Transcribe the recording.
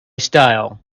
style